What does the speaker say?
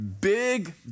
big